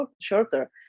shorter